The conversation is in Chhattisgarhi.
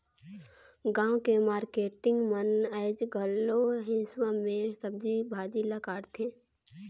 गाँव के मारकेटिंग मन आयज घलो हेसुवा में सब्जी भाजी ल काटथे